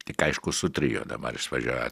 tik aišku su trio dabar jis važiuoja